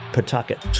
Pawtucket